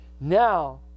Now